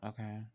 Okay